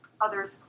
others